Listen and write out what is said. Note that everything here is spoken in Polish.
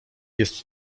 jest